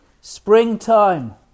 springtime